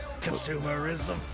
Consumerism